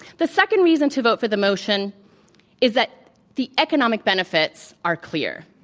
the second reason to vote for the motion is that the economic benefits are clear.